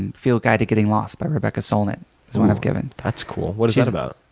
and field guide to getting lost, by rebecca solnit one i've given. that's cool. what is that about?